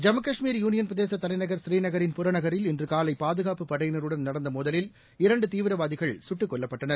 Jammu Kashmir union பிரதேசதலைநகர் ஸ்ரீநகரின் புறநகரில் இன்றுகாலைபாதுகாப்புப் படையினருடன் நடந்தமோதலில் இரண்டுதீவிரவாதிகள் சுட்டுக் கொல்லப்பட்டனர்